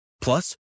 Plus